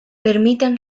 permite